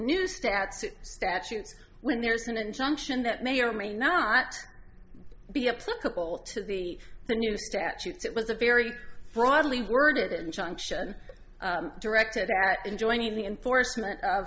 new stats statutes when there's an injunction that may or may not be applicable to the new statutes it was a very broadly worded injunction directed in joining the enforcement